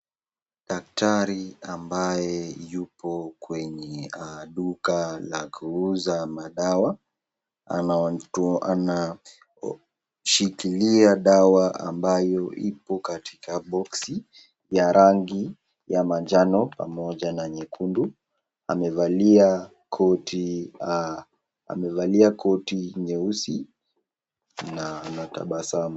Daktari ambaye yupo kwenye duka la kuuza madawa, anashikilia dawa ambayo iko katika boxi ya dawa ya rangi ya manjano na nyekundu. Amevalia koti nyeusi na anatabasamu.